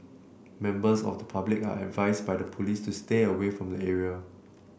members of the public are advised by the police to stay away from the area